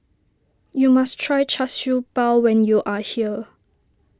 you must try Char Siew Bao when you are here